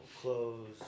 clothes